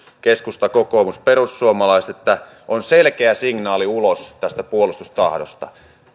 keskusta kokoomus perussuomalaiset että on selkeä signaali ulos tästä puolustustahdosta